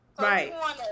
Right